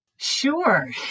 Sure